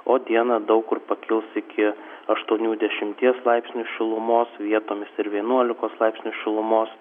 o dieną daug kur pakils iki aštuonių dešimties laipsnių šilumos vietomis ir vienuolikos laipsnių šilumos